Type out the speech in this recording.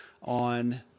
on